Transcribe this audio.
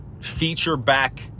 feature-back